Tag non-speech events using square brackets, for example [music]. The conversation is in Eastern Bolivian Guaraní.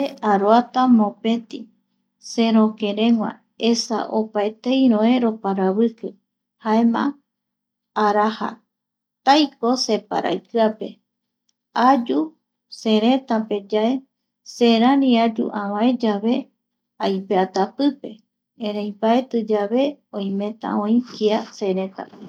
Aroata mopeti, seroke regua, esa opaetei roe roparaviki, jaema ,araja, taiko se paraikiape, ayu seretapeyae serari ayu avae yave aipeata pipe, erei mbaetiyave oimeta kia oi seretape [noise]